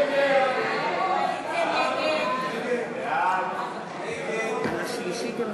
ההסתייגות